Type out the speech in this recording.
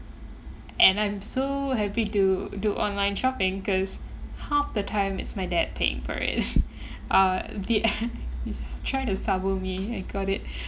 and I'm so happy to do online shopping cause half the time it's my dad paying for it uh you try to sabo me I got it